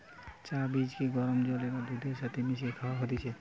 চা বীজকে গরম জল বা দুধের সাথে মিশিয়ে খায়া হতিছে